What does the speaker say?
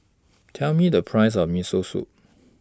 Tell Me The Price of Miso Soup